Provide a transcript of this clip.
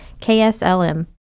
KSLM